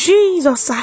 Jesus